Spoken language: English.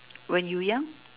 when you young